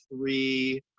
three